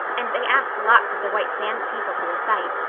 and they ask lots of the white sands people to recite.